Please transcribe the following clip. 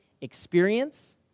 experience